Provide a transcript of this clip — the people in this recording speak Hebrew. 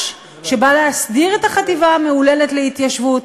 שבא להסדיר את החטיבה המהוללת להתיישבות,